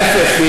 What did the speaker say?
ההפך.